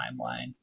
timeline